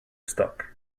stock